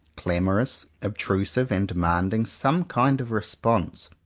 clamorous, obtrusive, and demanding some kind of response.